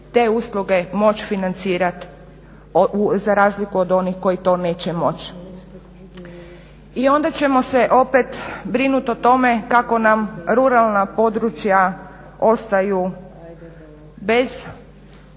te usluge moći financirati za razliku od onih koji to neće moći. I onda ćemo se opet brinut o tome kako nam ruralna područja ostaju bez